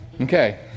Okay